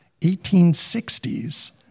1860s